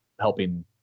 helping